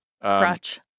crutch